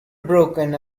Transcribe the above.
broken